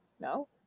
No